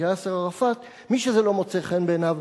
יאסר ערפאת: מי שזה לא מוצא חן בעיניו